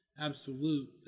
absolute